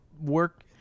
work